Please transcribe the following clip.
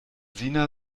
sina